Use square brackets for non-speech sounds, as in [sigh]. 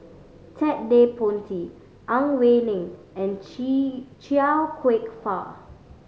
Ted De Ponti Ang Wei Neng and [unintelligible] Chia Kwek Fah